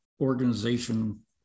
organization